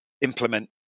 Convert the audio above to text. implement